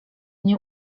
nie